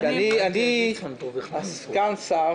כי אני ביקרתי שם